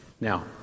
Now